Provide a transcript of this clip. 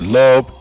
love